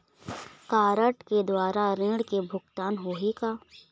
Card के द्वारा ऋण के भुगतान होही का?